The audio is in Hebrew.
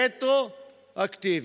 רטרואקטיבית.